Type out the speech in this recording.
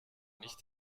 nicht